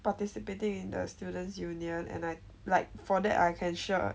participating in the students' union and I like for that I can sure